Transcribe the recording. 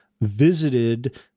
visited